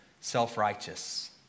self-righteous